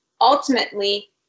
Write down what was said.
ultimately